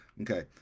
Okay